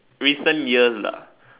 recent years lah